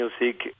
music